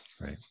Right